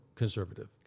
conservative